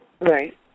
right